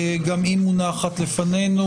וגם היא מונחת לפנינו.